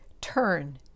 turn